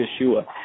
Yeshua